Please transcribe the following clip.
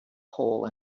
hole